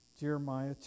Jeremiah